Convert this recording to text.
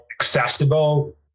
accessible